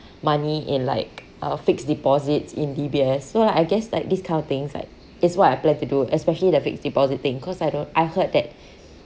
money in like uh fixed deposits in D_B_S so like I guess like this kind of things like is what I plan to do especially the fixed deposit thing cause I don't I heard that